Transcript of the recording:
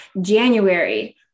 January